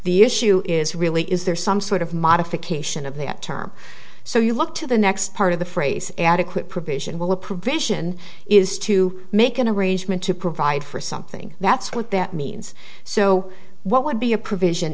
the issue is really is there some sort of modification of the term so you look to the next part of the phrase adequate provision will a provision is to make an arrangement to provide for something that's what that means so what would be a provision